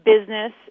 Business